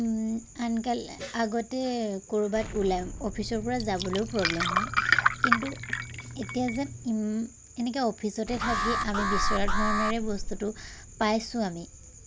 আনকালে আগতে ক'ৰবাত ওলাই অফিচৰপৰা যাবলৈও প্ৰবলেম হয় কিন্তু এতিয়া যে ইমান এনেকৈ অফিচতে থাকি আমি বিচৰা ধৰণেৰে বস্তুটো পাইছোঁ আমি